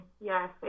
yes